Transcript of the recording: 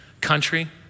country